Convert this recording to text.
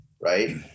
right